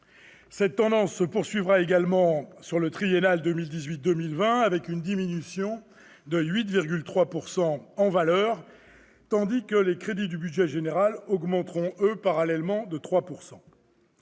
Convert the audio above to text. Cette tendance se poursuivra également sur le plan triennal 2018-2020, avec une diminution de 8,3 % en valeur, tandis que les crédits du budget général augmenteront parallèlement de 3 %.